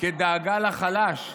כדאגה לחלש,